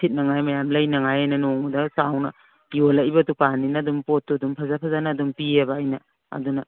ꯁꯤꯠꯅꯉꯥꯏ ꯃꯌꯥꯝ ꯂꯩꯅꯉꯥꯏꯅꯤꯅ ꯅꯣꯡꯃꯗ ꯆꯥꯎꯅ ꯌꯣꯜꯂꯛꯏꯕ ꯗꯨꯀꯥꯟꯅꯤꯅ ꯑꯗꯨꯝ ꯄꯣꯠꯇꯨ ꯑꯗꯨꯝ ꯐꯖ ꯐꯖꯅ ꯑꯗꯨꯝ ꯄꯤꯌꯦꯕ ꯑꯩꯅ ꯑꯗꯨꯅ